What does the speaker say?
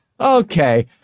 Okay